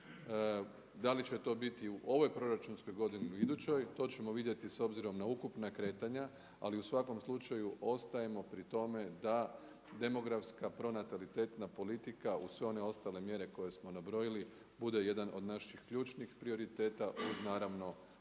Da li će to biti u ovoj proračunskoj godini ili idućoj to ćemo vidjeti s obzirom na ukupna kretanja, ali u svakom slučaju ostajemo pri tome da demografska pronatalitetna politika uz sve one ostale mjere koje smo nabrojili bude jedan od naših ključnih prioriteta uz naravno